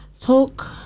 talk